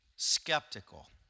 Skeptical